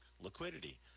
liquidity